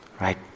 right